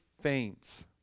faints